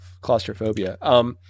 claustrophobia